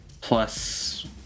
plus